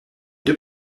deux